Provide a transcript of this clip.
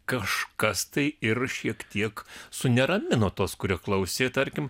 kažkas tai ir šiek tiek suneramino tuos kurie klausė tarkim